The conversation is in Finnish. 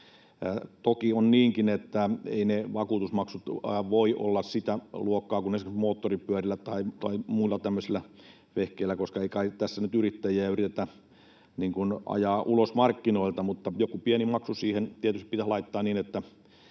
Toki on niinkin, että eivät ne vakuutusmaksut voi olla sitä luokkaa kuin esimerkiksi moottoripyörillä tai muilla tämmöisillä vehkeillä, koska ei kai tässä nyt yrittäjiä yritetä ajaa ulos markkinoilta. Mutta joku pieni maksu siihen tietysti pitäisi laittaa niin, että